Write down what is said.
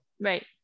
Right